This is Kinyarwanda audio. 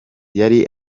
yari